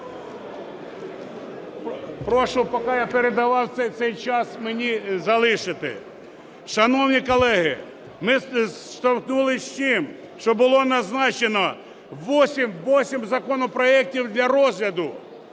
Прошу, поки я передавав, цей час мені залишити. Шановні колеги, ми зіштовхнулись з чим? Що було назначено вісім законопроектів для розгляду,